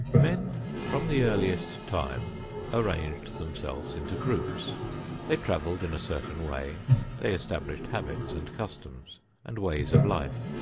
men from the earliest time arranged themselves into groups they traveled in a certain way they established habits and customs and ways of life.